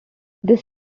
this